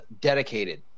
dedicated